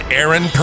Aaron